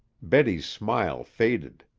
betty's smile faded.